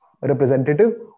representative